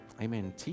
Amen